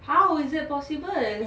how is it possible